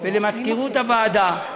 ולמזכירות הוועדה,